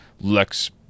Lex